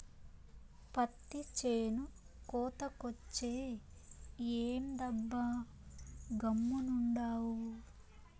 పత్తి చేను కోతకొచ్చే, ఏందబ్బా గమ్మునుండావు